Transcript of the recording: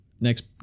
next